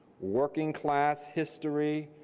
working class history,